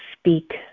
speak